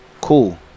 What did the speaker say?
Cool